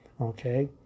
okay